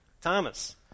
Thomas